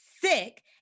sick